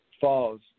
falls